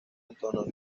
antonio